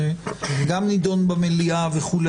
זה גם נדון במליאה וכו',